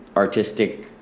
artistic